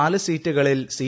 നാല് സീറ്റുകളിൽ സി